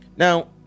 Now